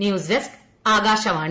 news desk Akashvani